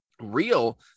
real